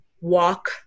walk